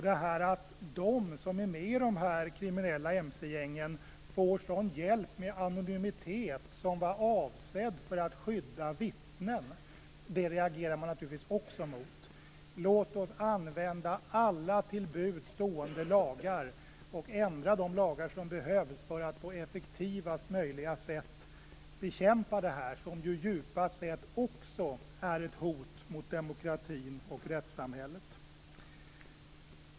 Det här att de som är med i de kriminella mc-gängen får sådan hjälp med anonymitet som var avsedd för att skydda vittnen, reagerar man naturligtvis också mot. Låt oss använda alla till buds stående lagar, och ändra de lagar som behöver ändras, för att på effektivast möjliga sätt bekämpa det här, som ju djupast sett också är ett hot mot demokratin och rättssamhället.